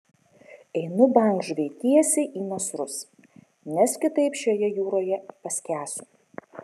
einu bangžuvei tiesiai į nasrus nes kitaip šioje jūroje paskęsiu